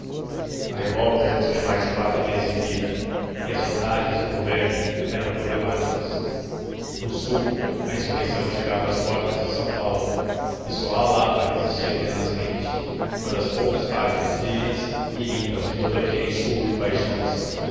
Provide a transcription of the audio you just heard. a revolta já tinha mais de quatro meses de vida e as vantagens do governo eram problemáticas no sul a insurreição chegava às portas de são paulo e só a lapa resistia tenazmente uma das poucas páginas dignas e limpas de todo aquele enxurro de paixões